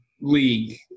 league